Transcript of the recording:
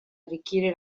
arricchire